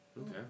okay